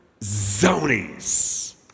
zonies